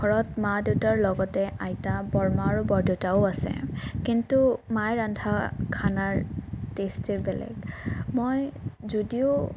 ঘৰত মা দেউতাৰ লগতে আইতা বৰমা আৰু বৰদেউতাও আছে কিন্তু মাই ৰান্ধা খানাৰ টেষ্টেই বেলেগ মই যদিও